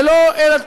זה לא אלטרואיזם,